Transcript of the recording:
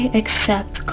accept